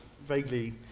vaguely